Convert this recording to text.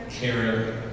Karen